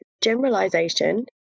generalization